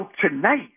tonight